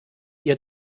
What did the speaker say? ihr